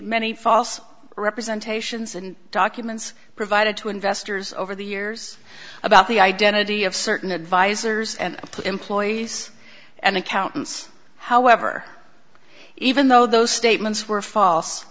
many false representation documents provided to investors over the years about the identity of certain advisors and put employees and accountants however even though those statements were fal